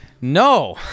No